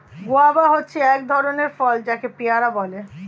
guava হচ্ছে এক ধরণের ফল যাকে পেয়ারা বলে